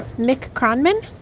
mick kronman